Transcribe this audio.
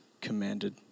commanded